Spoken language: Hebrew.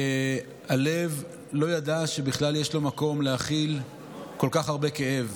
והלב לא ידע שבכלל יש לו מקום להכיל כל כך הרבה כאב.